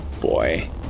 Boy